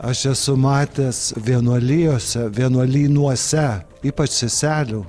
aš esu matęs vienuolijose vienuolynuose ypač seselių